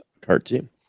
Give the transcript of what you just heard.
cartoon